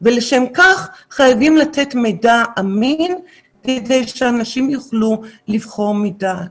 ולשם כך חייבים לתת מידע אמין כדי שאנשים יוכלו לבחור מדעת.